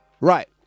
Right